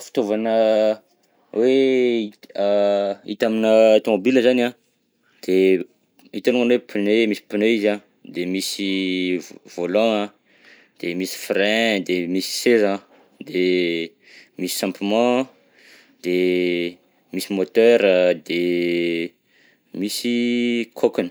Fitaovana hoe hita hita aminà tômôbilina zany an, de hita alongany hoe pneu, misy pneu izy an, de misy volant an, de misy frein, de misy seza an, de misy champement, de misy moteur, de misy coqueny